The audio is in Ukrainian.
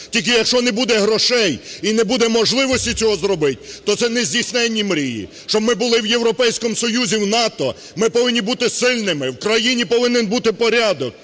Тільки якщо не буде грошей і не буде можливості цього зробить, то це нездійсненні мрії. Щоб ми були в Європейському Союзі, в НАТО, ми повинні бути сильними, в країні повинен бути порядок